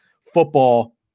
football